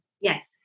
Yes